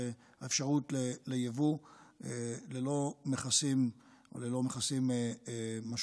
האפשרות ליבוא ללא מכסים משמעותיים.